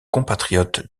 compatriotes